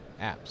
apps